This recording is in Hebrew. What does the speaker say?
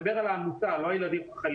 אני מדבר על עמותה, לא הילדים חלילה.